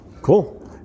Cool